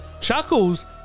Chuckles